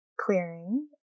clearing